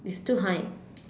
it's too high